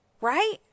right